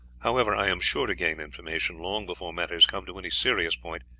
however, i am sure to gain information long before matters come to any serious point,